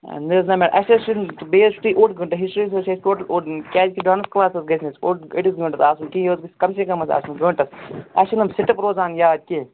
نہ حٲز نہ نہ اَسہِ حٲز چھِ بیٚیہِ ہسٹری اوڈ گٲنٹہٕ ہِسٹری یس حٲز چھُ اَسہِ ٹوٹل اوڈ گٲنٹہٕ کیازِ کہِ ڈانس کٕلاسس حٲز گَژھہ اَسہِ اوڈ أڈِس گٲنٹس آسُن کِہیٖنۍ یہِ حٲز گَژھہ کم سے کم حٲز آسُن گٲنٹس اَسہِ چھِنہ یِم سِٹیپ روزان یاد کیٚنٛہہ